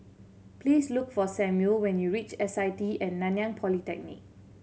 please look for Samual when you reach S I T At Nanyang Polytechnic